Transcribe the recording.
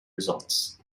results